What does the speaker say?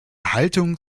haltung